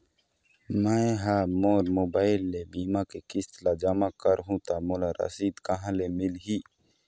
मैं हा मोर मोबाइल ले बीमा के किस्त ला जमा कर हु ता मोला रसीद कहां ले मिल ही?